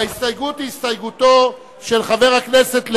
וההסתייגות היא הסתייגותו של חבר הכנסת לוין,